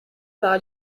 par